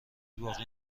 باقی